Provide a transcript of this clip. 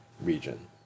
region